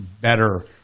better